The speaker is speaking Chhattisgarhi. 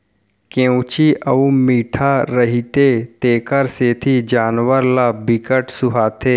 केंवची अउ मीठ रहिथे तेखर सेती जानवर ल बिकट सुहाथे